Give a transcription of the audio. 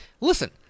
listen